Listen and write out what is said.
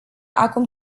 acum